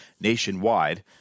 nationwide